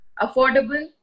affordable